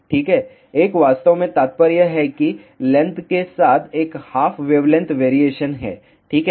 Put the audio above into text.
ठीक है 1 वास्तव में तात्पर्य है कि लेंथ के साथ एक हाफ वेवलेंथ वेरिएशन है ठीक है